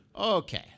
okay